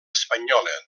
espanyola